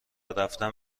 رفتن